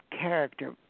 character